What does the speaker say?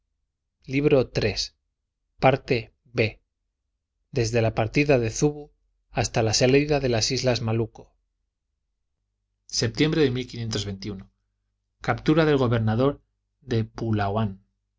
libro iii desde la partida de zubu hasta la salida de las islas malucco isla de